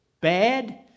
bad